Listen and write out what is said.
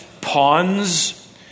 pawns